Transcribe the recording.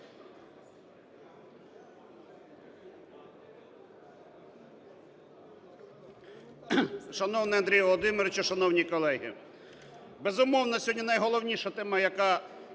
Шановний Андрію Володимировичу, шановні колеги, безумовно, сьогодні найголовніша тема, яка